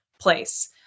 place